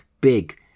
Big